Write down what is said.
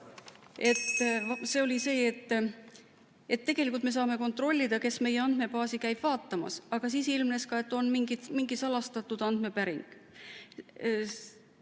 erinevaid tahke. Tegelikult me saame kontrollida, kes andmebaasi käib vaatamas. Aga siis ilmnes, et on mingi salastatud andmepäring.